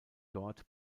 dort